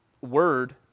word